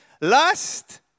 lust